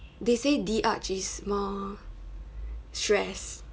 they say D arch is more stress